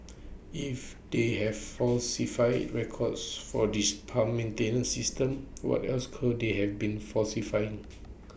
if they have falsified records for this pump maintenance system what else could they have been falsifying